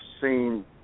seen